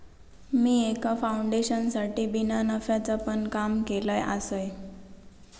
मी एका फाउंडेशनसाठी बिना नफ्याचा पण काम केलय आसय